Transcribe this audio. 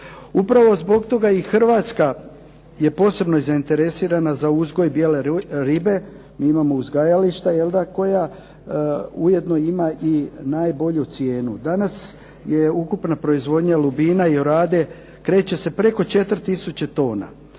Upravo zbog toga i Hrvatska je posebno zainteresirana za uzgoj bijele ribe. Mi imao uzgajališta koja ujedno ima i najbolju cijenu. Danas je ukupna proizvodnja lubina i orade kreće se preko 4 tisuće tona.